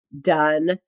done